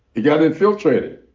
it got infiltrated.